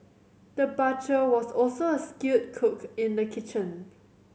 the butcher was also a skilled cook in the kitchen